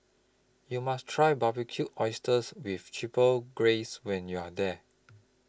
YOU must Try Barbecued Oysters with Chipotle Glaze when YOU Are here